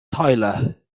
tyler